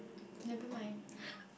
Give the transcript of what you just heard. never mind